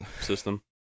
system